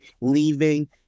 leaving